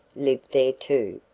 lived there, too.